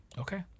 Okay